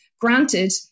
granted